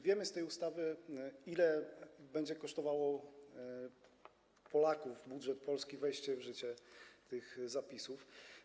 Wiemy z tej ustawy, ile będzie kosztowało Polaków, polski budżet wejście w życie tych zapisów.